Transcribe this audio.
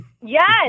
Yes